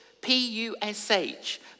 P-U-S-H